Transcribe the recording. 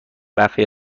برخی